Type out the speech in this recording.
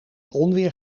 onweer